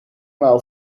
maal